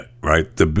right